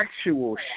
actual